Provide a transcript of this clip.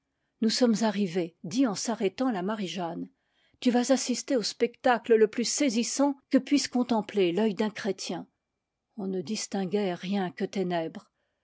nous sommes arrivés dit en s'arrêtant la marie-jeanne tu vas assister au spectacle le plus saisissant que puisse contempler l'œil d'un chrétien on ne distinguait rien que ténèbres